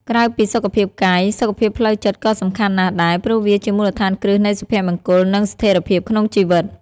ក្រៅពីសុខភាពកាយ សុខភាពផ្លូវចិត្តក៏សំខាន់ណាស់ដែរ ព្រោះវាជាមូលដ្ឋានគ្រឹះនៃសុភមង្គល និងស្ថិរភាពក្នុងជីវិត។